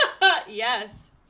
yes